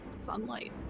Sunlight